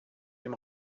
dem